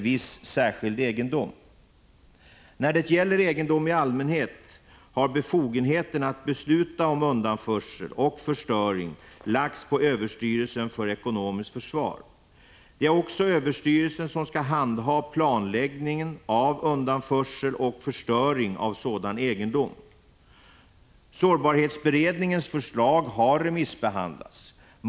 När det gäller egendom i allmänhet har befogenheten att besluta om undanförsel och förstöring lagts på överstyrelsen för ekonomiskt försvar. Det är också överstyrelsen som skall handha planläggningen av undanförsel och förstöring av sådan egendom. Sårbarhetsberedningens förslag har remissbehandlats.